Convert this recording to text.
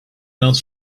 else